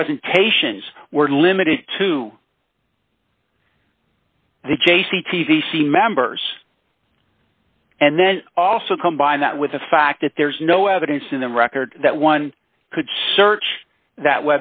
presentations were limited to the chase the t t c members and then also combined that with the fact that there is no evidence in the record that one could search that